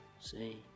See